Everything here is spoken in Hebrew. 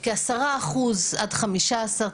כ-10 עד 15 אחוזים,